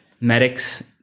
medics